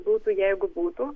būtų jeigu būtų